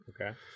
okay